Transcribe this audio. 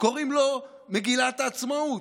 קוראים לו מגילת העצמאות.